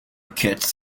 kits